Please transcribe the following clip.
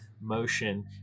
motion